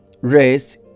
rest